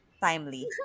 timely